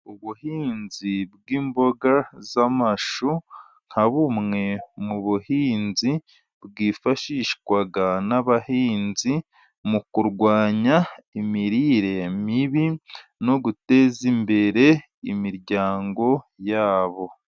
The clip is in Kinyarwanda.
Ubuhinzi bw'imboga z'amashu, nka bumwe mu buhinzi bwifashishwa n'abahinzi, mu kurwanya imirire mibi, no guteza imbere imiryango yabo.